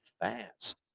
fast